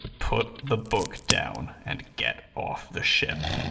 put the book down and get off the ship.